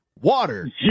water